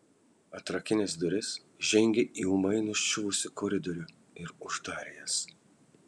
atrakinęs duris žengė į ūmai nuščiuvusį koridorių ir uždarė jas